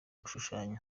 gushushanya